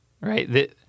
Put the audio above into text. right